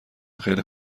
خیلی